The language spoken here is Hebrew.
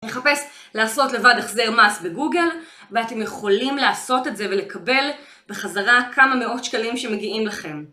לחפש, לעשות לבד הכזר מס בגוגל, ואתם יכולים לעשות את זה ולקבל בחזרה כמה מאות שקלים שמגיעים לכם